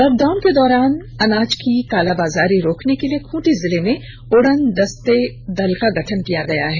lockdown के दौरान अनाज की कालाबाजारी रोकने के लिए खूंटी जिले में उड़नदस्ता दल का गठन किया गया है